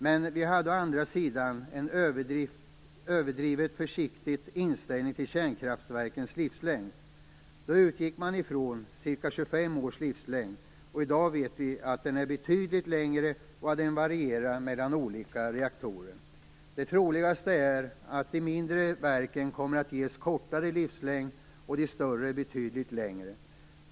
Men vi hade å andra sidan en överdrivet försiktig intställning till kärnkraftverkens livslängd. Då utgick man från ca 25 års livslängd. I dag vet vi att den är betydligt längre och att den varierar mellan olika reaktorer. Det troligaste är att de mindre verken kommer att ges kortare livslängd och de större betydligt längre.